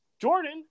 Jordan